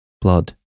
blood